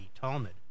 Talmud